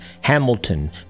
Hamilton